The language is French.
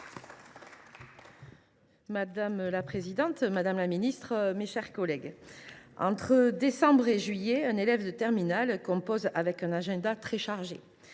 Madame la présidente, madame la ministre, mes chers collègues, entre les mois de décembre et de juillet, un élève de terminale compose avec un agenda très chargé.